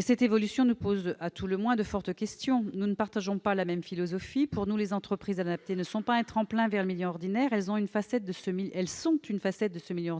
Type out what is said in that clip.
Cette évolution nous inspire à tout le moins de fortes questions. De fait, nous ne partageons pas la même philosophie : pour nous, les entreprises adaptées ne sont pas un tremplin vers le milieu ordinaire ; elles sont une facette de ce milieu très